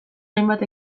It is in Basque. hainbat